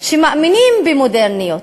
שמאמינים במודרניות,